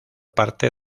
parte